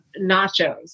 nachos